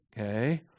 Okay